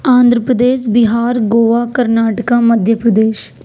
Andhra Pradesh Bihar Goa Karnataka Madhya Pradesh